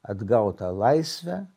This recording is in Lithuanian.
atgautą laisvę